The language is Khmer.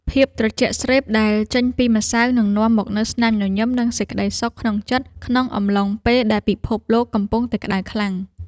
ភាពត្រជាក់ស្រេបដែលចេញពីម្សៅនឹងនាំមកនូវស្នាមញញឹមនិងសេចក្តីសុខក្នុងចិត្តក្នុងអំឡុងពេលដែលពិភពលោកកំពុងតែក្តៅខ្លាំង។